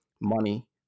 money